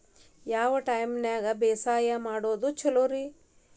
ಯಾವ ಟೈಪ್ ನ್ಯಾಗ ಬ್ಯಾಸಾಯಾ ಮಾಡೊದ್ ಛಲೋರಿ?